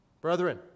Brethren